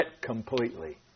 completely